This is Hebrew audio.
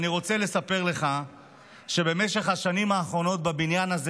אני רוצה לספר לך שבמשך השנים האחרונות בבניין הזה